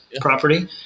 property